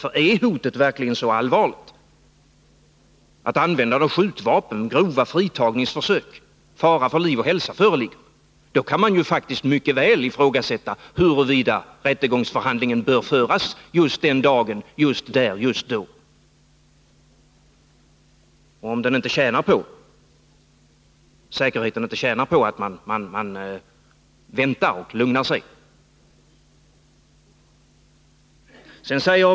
handlingar Är hotet verkligen så allvarligt att det finns risk för grova fritagningsförsök med användande av skjutvapen, så att fara för liv och hälsa föreligger, då kan man mycket väl ifrågasätta huruvida rättegångsförhandlingen bör föras just den dagen, just där och just då. Säkerheten tjänar kanske på att man väntar med förhandlingen tills det har lugnat ner sig.